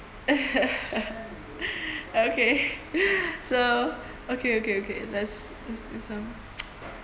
okay so okay okay okay let's use this one what